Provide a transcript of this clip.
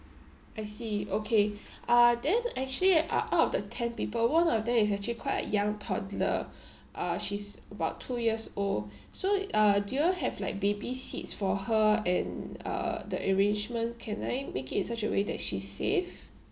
I see okay uh then actually uh out of the ten people one of them is actually quite a young toddler uh she's about two years old so uh do you all have like baby seats for her and uh the arrangement can I make it in such a way that she safe